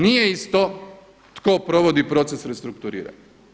Nije isto tko provodi proces restrukturiranja.